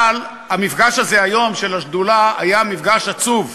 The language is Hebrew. אבל המפגש הזה היום של השדולה היה מפגש עצוב.